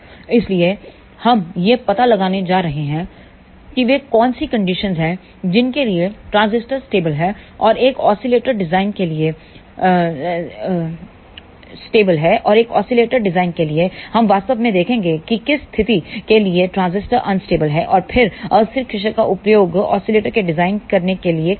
इसलिए हम यह पता लगाने जा रहे हैं कि वे कौन सी कंडीशन हैं जिनके लिए ट्रांजिस्टर स्टेबल है और एक ओसीलेटर डिजाइन के लिए हम वास्तव में देखेंगे कि किस स्थिति के लिए ट्रांजिस्टर अनस्टेबल है और फिर हम अस्थिर क्षेत्र का उपयोग ऑसिलेटर को डिजाइन करने के लिए करेंगे